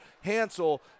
Hansel